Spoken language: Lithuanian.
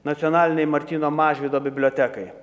nacionalinei martyno mažvydo bibliotekai